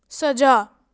ਸਜ਼ਾ